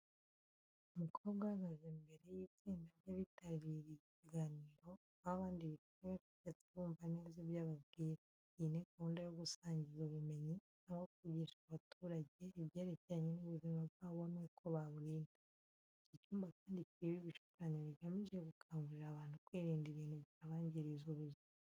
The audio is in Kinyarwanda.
Umukobwa uhagaze imbere y'itsinda ry'abitabiriye ikiganiro, aho abandi bicaye bacecetse bumva neza ibyo ababwira. Iyi ni gahunda yo gusangiza ubumenyi, cyangwa kwigisha abaturange ibyerekeranye n'ubuzima bwabo n'uko baburinda. Icyi cyumba kandi kiriho ibishushanyo bigamije gukangurira abantu kwirinda ibintu byabangiriza ubuzima.